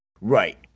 Right